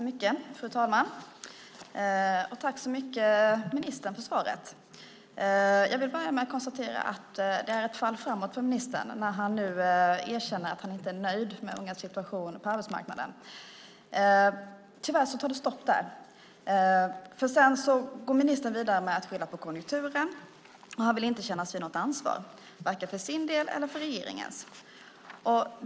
Fru talman! Tack så mycket, ministern, för svaret! Jag vill börja med att konstatera att det är ett fall framåt för ministern när han nu erkänner att han inte är nöjd med ungas situation på arbetsmarknaden. Tyvärr tar det stopp där, för sedan går ministern vidare med att skylla på konjunkturen. Han vill inte kännas vid något ansvar, vare sig för sin egen eller för regeringens del.